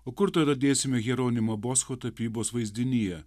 o kur tada dėsime hieronimo boscho tapybos vaizdinyje